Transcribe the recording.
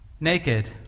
Naked